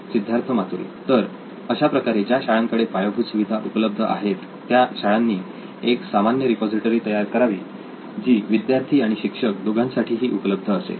सिद्धार्थ मातुरी तर अशाप्रकारे ज्या शाळांकडे पायाभूत सुविधा उपलब्ध आहेत त्या शाळांनी एक सामान्य रिपॉझिटरी तयार करावी जी विद्यार्थी आणि शिक्षक दोघांसाठीही उपलब्ध असेल